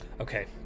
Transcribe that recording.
Okay